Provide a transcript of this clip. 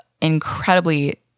incredibly